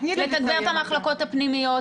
לתגבר את המחלקות הפנימיות,